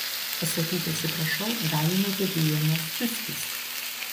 pasakyti atsiprašau gali ne kiekvienas ciuckis